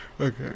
Okay